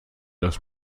das